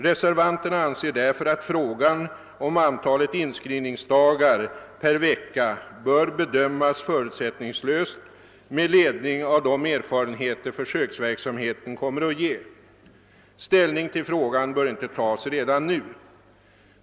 Reservanterna anser därför att frågan om antalet inskrivningsdagar per vecka bör bedömas förutsättningslöst med ledning av de erfarenheter fösöksverksamheten kommer att ge. Ställning till frågan bör inte tas redan nu.